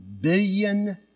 billion